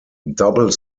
double